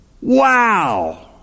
Wow